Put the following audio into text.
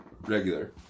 regular